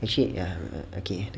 actually ya okay